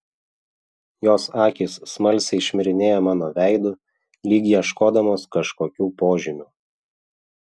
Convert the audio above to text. jos akys smalsiai šmirinėja mano veidu lyg ieškodamos kažkokių požymių